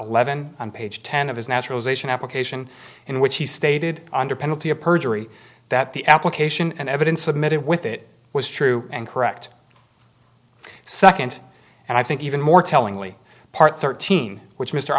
eleven on page ten of his naturalization application in which he stated under penalty of perjury that the application and evidence submitted with it was true and correct second and i think even more tellingly part thirteen which mr